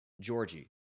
Georgie